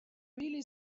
really